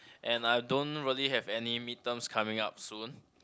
and I don't really have any mid terms coming up soon